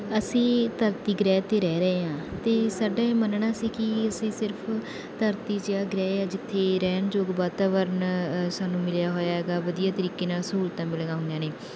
ਅਸੀਂ ਧਰਤੀ ਗ੍ਰਹਿ 'ਤੇ ਰਹਿ ਰਹੇ ਹਾਂ ਅਤੇ ਸਾਡੇ ਮੰਨਣਾ ਸੀ ਕਿ ਅਸੀਂ ਸਿਰਫ ਧਰਤੀ ਅਜਿਹਾ ਗ੍ਰਹਿ ਆ ਜਿੱਥੇ ਰਹਿਣ ਯੋਗ ਵਾਤਾਵਰਨ ਸਾਨੂੰ ਮਿਲਿਆ ਹੋਇਆ ਹੈਗਾ ਵਧੀਆ ਤਰੀਕੇ ਨਾਲ ਸਹੂਲਤਾਂ ਮਿਲੀਆਂ ਹੋਈਆਂ ਨੇ